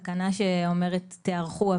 תקנה שאומרת תיערכו,